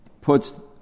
puts